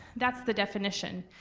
that's the definition.